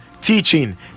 teaching